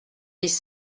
dix